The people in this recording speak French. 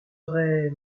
aurai